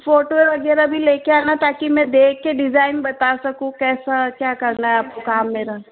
photo वगैरह भी लेकर आना ताकि मैं देख के डिज़ाइन बता सकूँ कैसा क्या करना है आपको काम मेरा